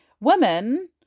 women